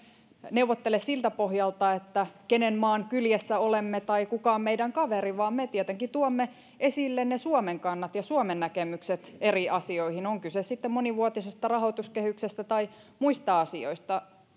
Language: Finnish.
neuvottele siltä pohjalta kenen maan kyljessä olemme tai kuka on meidän kaveri vaan me tietenkin tuomme esille ne suomen kannat ja suomen näkemykset eri asioihin on kyse sitten monivuotisesta rahoituskehyksestä tai muista asioista